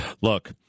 Look